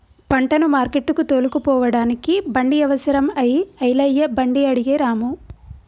పంటను మార్కెట్టుకు తోలుకుపోడానికి బండి అవసరం అయి ఐలయ్య బండి అడిగే రాము